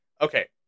Okay